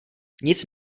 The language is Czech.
nic